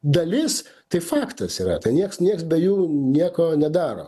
dalis tai faktas yra tai nieks nieks be jų nieko nedaro